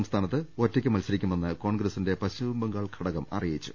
സംസ്ഥാനത്ത് ഒറ്റയ്ക്ക് മത്സരിക്കുമെന്ന് കോൺഗ്രസിന്റെ പശ്ചിമ ബംഗാൾ ഘടകം അറിയിച്ചു